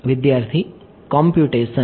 વિદ્યાર્થી કોંપ્યુટેશન